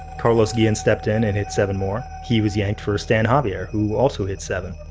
carlos guillen stepped in and hit seven more, he was yanked for stan javier who also hit seven,